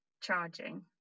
charging